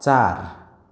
चार